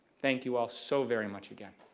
thank you all so very much again.